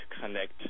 connect